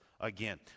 again